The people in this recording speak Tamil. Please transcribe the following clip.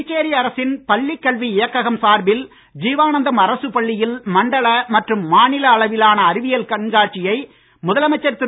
புதுச்சேரி அரசின் பள்ளிக் கல்வி இயக்ககம் சார்பில் ஜீவானந்தம் அரசு பள்ளியில் மண்டல மற்றும் மாநில அளவிலான அறிவியல் கண்காட்சியை முதலமைச்சர் திரு